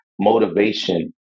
motivation